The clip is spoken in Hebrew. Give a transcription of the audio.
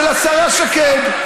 של השרה שקד,